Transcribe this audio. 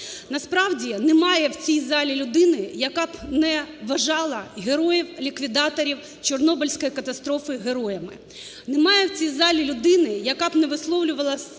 Насправді немає в цій залі людини, яка б не вважала героїв-ліквідаторів Чорнобильської катастрофи героями. Немає в цій залі людини, яка б не висловлювала